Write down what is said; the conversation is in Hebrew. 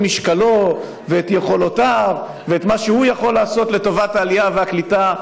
משקלו ואת יכולותיו ואת מה שהוא יכול לעשות לטובת העלייה והקליטה,